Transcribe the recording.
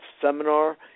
seminar